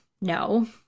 no